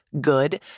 good